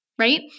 right